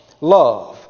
love